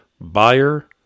buyer